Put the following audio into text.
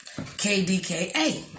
KDKA